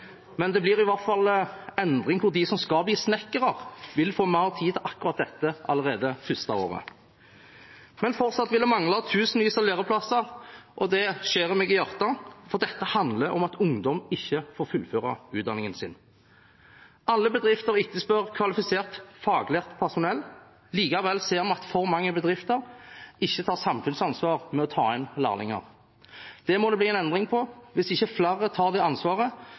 men det blir i hvert fall en endring, for de som skal bli snekkere, vil få mer tid til akkurat dette allerede det første året. Men fortsatt vil det mangle tusenvis av læreplasser, og det skjærer meg i hjertet, for dette handler om at ungdom ikke får fullført utdanningen sin. Alle bedrifter etterspør kvalifisert faglært personell. Likevel ser vi at for mange bedrifter ikke tar samfunnsansvar ved å ta inn lærlinger. Det må det bli en endring på. Hvis ikke flere tar det ansvaret,